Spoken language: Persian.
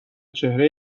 چهره